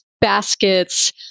baskets